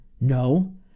No